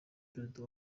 perezida